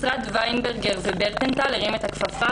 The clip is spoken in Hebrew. משרד ויינברגר וברטנטל הרים את הכפפה,